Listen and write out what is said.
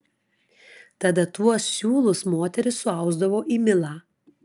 tada tuos siūlus moterys suausdavo į milą